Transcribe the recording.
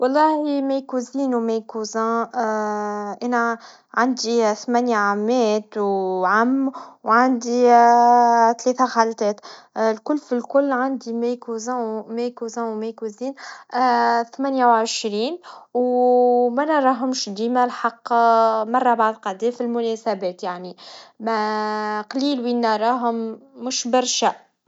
أفضل نصيحة تلقيتها كانت "لا تخاف من الفشل، بل اعتبره فرصة للتعلم." هالنصيحة غيرت طريقة تفكيري. قبل، كنت نخاف من اتخاذ القرارات بسبب الخوف من الفشل. لكن بعد ما سمعت هالكلام، بدأت أجرب أشياء جديدة، حتى لو ما نجحتش في البداية. مثلاً، حاولت أتعلم لغة جديدة، ومع كل خطأ، كنت أتعلم أكثر. الآن، نشوف الفشل كجزء من الرحلة، ويعطيني دافع أكبر للاستمرار.